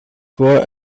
for